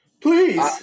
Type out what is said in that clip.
Please